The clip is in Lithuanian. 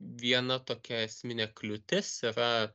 viena tokia esminė kliūtis yra